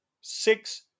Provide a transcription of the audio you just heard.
six